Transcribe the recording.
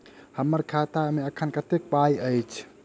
हम्मर खाता मे एखन कतेक पाई अछि?